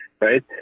Right